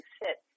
sit